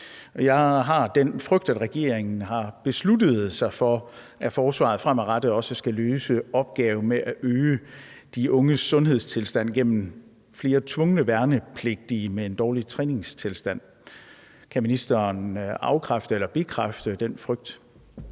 jeg har den frygt, at regeringen har besluttet sig for, at forsvaret fremadrettet også skal løse opgaven med at øge de unges sundhedstilstand gennem flere tvungne værnepligtige med en dårlig træningstilstand. Kan ministeren afkræfte eller bekræfte den frygt?